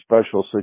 special